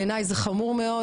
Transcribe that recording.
בעיני זה חמור מאוד,